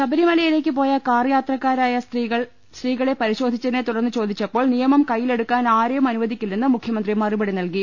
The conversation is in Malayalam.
ശബരിമലയിലേക്ക് പോയ കാർ യാത്രക്കാരെ സ്ത്രീകൾ പരിശോധിച്ചതിനെ കുറിച്ച് ചോദിച്ചപ്പോൾ നിയമം കയ്യിലെടുക്കാൻ ആരെയും അനുവദിക്കില്ലെന്ന് മുഖ്യമന്ത്രി മറുപടി നൽകി